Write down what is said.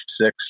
six